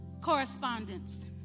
Correspondence